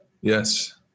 Yes